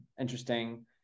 interesting